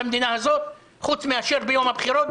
במדינה הזאת חוץ מאשר ביום הבחירות,